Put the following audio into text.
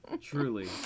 truly